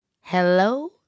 Hello